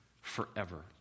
forever